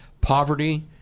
Poverty